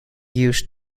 used